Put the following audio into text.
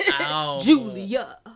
Julia